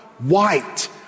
white